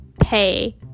pay